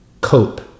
cope